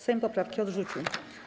Sejm poprawki odrzucił.